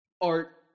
art